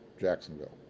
Jacksonville